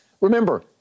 Remember